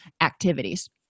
activities